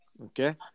Okay